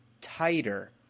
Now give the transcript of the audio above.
tighter